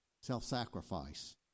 self-sacrifice